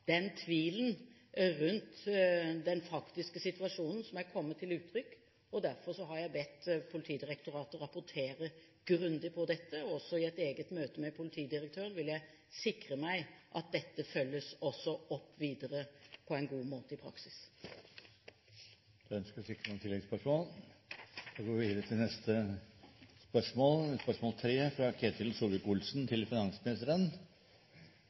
tvilen som er kommet til uttrykk rundt den faktiske situasjonen. Derfor har jeg bedt Politidirektoratet gå grundig inn på dette. Også i et eget møte med politidirektøren vil jeg sikre meg at dette følges opp videre på en god måte i praksis. Spørsmålet er: «Finanstilsynets innstramming av bankenes muligheter til å